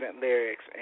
lyrics